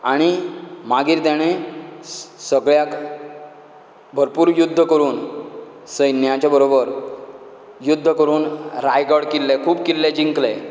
आनी मागीर तेणें सगळ्याक भरपूर युध्द करून सैन्याच्या बरोबर युध्द करून राडगड किल्ले खूब किल्ले जिंकले